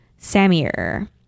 Samir